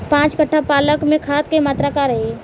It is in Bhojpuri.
पाँच कट्ठा पालक में खाद के मात्रा का रही?